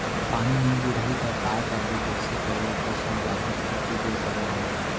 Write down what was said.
पानी नई गिरही त काय करबो, कइसे करबो कस हो जाथे खेती के करे ले